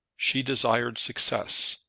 she desired success,